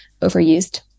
overused